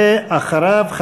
ואחריו,